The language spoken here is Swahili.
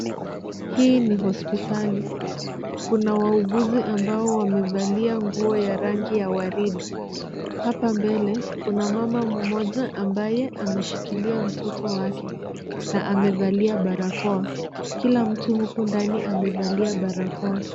Hii ni hospitali, kuna wauguzi ambao wamevalia nguo ya rangi ya waridi. Hapa mbele, kuna mama mmoja ambaye ameshikilia mtoto wake na amevalia barakoa. Kila mtu huku ndani amevalia barakoa.